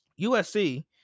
USC